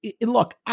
look